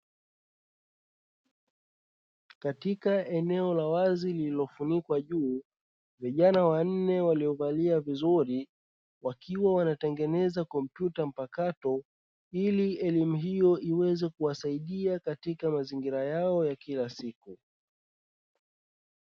Katika eneo la wazi lililofunikwa juu, vijana wanne waliovalia vizuri wakiwa wanatengeneza kompyuta mpakato, ili elimu hiyo iweze kuwasaidia katika mazingira yao ya kila siku.